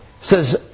says